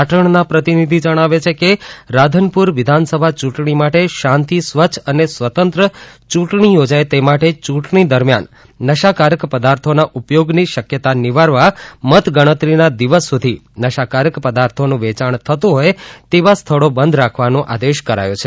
પાટણના પ્રતિનિધિ જણાવે છે કે રાધનપુર વિધાનસભા યુંટણી માટે શાંતી સ્વચ્છ અને સ્વતંત્ર યુંટણી યોજાય તે માટે યુંટણી દરમિયાન નશીલા પદાર્થોના ઉપયોગની શકયતા નિવારવા મત ગણતરીના દિવસ સુધી નશીલા પદાર્થોનુ વેયાણ થતુ હોય તેવા સ્થળો બંધ રાખવાનો આદેશ કરાયો છે